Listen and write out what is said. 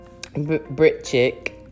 Britchick